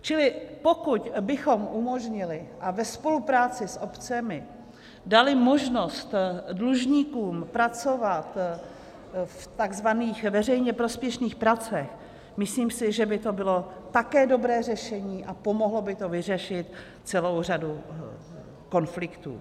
Čili pokud bychom umožnili a ve spolupráci s obcemi dali možnost dlužníkům pracovat v tzv. veřejně prospěšných pracích, myslím si, že by to bylo také dobré řešení a pomohlo by to vyřešit celou řadu konfliktů.